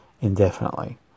indefinitely